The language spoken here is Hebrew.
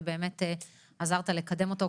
ובאמת עזרת לקדם אותו,